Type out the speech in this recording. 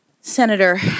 Senator